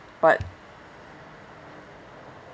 but